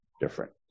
different